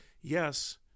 yes